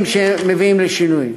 שמביאות לשינוי.